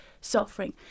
suffering